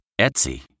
Etsy